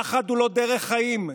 פחד הוא לא דרך חיים,